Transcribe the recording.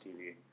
TV